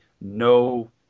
no